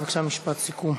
אז בבקשה משפט סיכום.